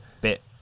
bit